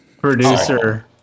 producer